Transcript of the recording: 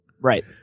Right